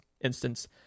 instance